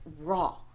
raw